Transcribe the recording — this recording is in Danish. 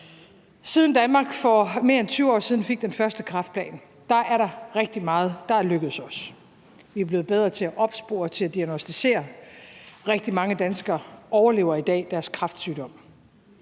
Siden Danmark for mere end 20 år siden fik den første kræftplan, er der rigtig meget, der er lykkedes os. Vi er blevet bedre til at opspore og til at diagnosticere. Rigtig mange danskere overlever i dag deres kræftsygdom.